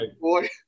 boy